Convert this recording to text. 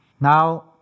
Now